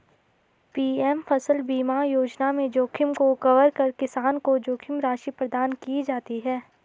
PM फसल बीमा योजना में जोखिम को कवर कर किसान को जोखिम राशि प्रदान की जाती है